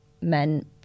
men